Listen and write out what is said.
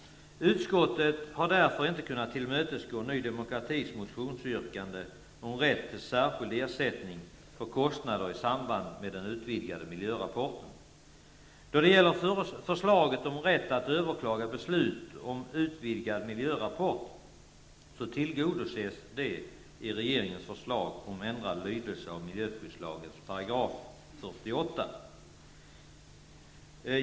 Utskottet har därför inte kunnat tillmötesgå Ny demokratis motionsyrkande om rätt till särskild ersättning för kostnader i samband med den utvidgade miljörapporten. Ny demokrati föreslår också att företagen skall ha rätt att överklaga beslut om utvidgad miljörapport. Detta tillgodoses i regeringens förslag om ändrad lydelse av miljöskyddslagens 48 §.